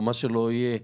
או מה שלא יהיה,